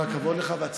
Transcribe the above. כל הכבוד לך.